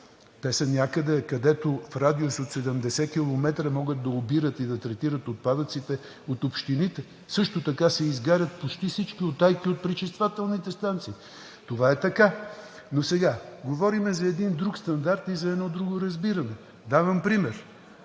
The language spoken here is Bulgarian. Те са някъде, където в радиус от 70 км могат да обират и третират отпадъците, от общините също така се изгарят почти всички утайки от пречиствателните станции – това е така, но сега говорим за един друг стандарт и за едно друго разбиране. Давам пример